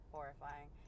Horrifying